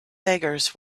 beggars